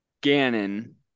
Gannon